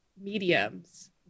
mediums